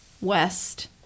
west